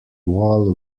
wall